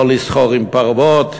שלא לסחור בפרוות,